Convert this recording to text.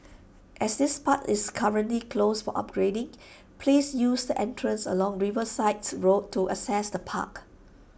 as this part is currently closed for upgrading please use the entrances along Riversides road to access the park